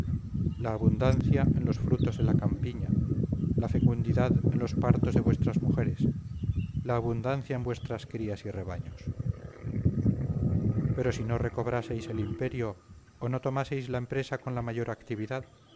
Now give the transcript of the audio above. la abundancia en los frutos de la campiña la fecundidad en los partos de vuestras mujeres la abundancia en vuestras crías y rebaños pero si no recobraseis el imperio o no tomaseis la empresa con la mayor actividad